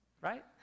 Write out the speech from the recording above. right